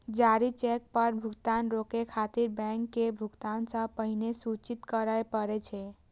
जारी चेक पर भुगतान रोकै खातिर बैंक के भुगतान सं पहिने सूचित करय पड़ै छै